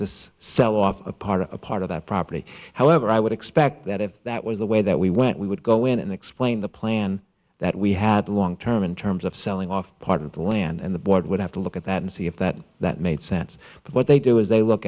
to sell off a part of a part of that property however i would expect that if that was the way that we went we would go in and explain the plan that we had long term in terms of selling off part of the land and the board would have to look at that and see if that that made sense but what they do is they look